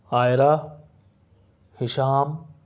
Aira Hisham